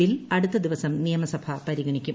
bill അടുത്ത ദിവസം നിയമസഭ പ്പ്രീഗണിക്കും